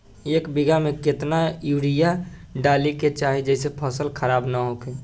एक बीघा में केतना यूरिया डाले के चाहि जेसे फसल खराब ना होख?